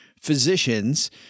physicians